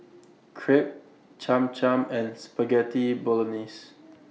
Crepe Cham Cham and Spaghetti Bolognese